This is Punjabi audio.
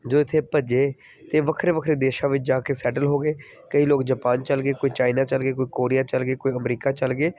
ਜਦੋਂ ਇੱਥੋਂ ਭੱਜੇ ਅਤੇ ਵੱਖਰੇ ਵੱਖਰੇ ਦੇਸ਼ਾਂ ਵਿੱਚ ਜਾ ਕੇ ਸੈਟਲ ਹੋ ਗਏ ਕਈ ਲੋਕ ਜਾਪਾਨ ਚੱਲ ਗਏ ਕੋਈ ਚਾਈਨਾ ਚੱਲ ਗਏ ਕੋਈ ਕੋਰੀਆ ਚੱਲ ਗਏ ਕੋਈ ਅਮਰੀਕਾ ਚੱਲ ਗਏ